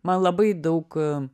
man labai daug